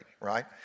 right